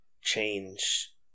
change